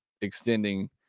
extending